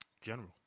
General